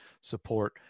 support